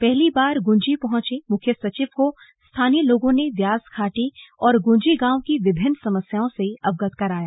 पहली बार गुंजी पहुंचे मुख्य सचिव को स्थानीय लोगों ने व्यास घाटी और गुंजी गांव की विभिन्न समस्याओं से अवगत कराया